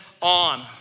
on